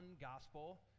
gospel